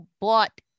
bought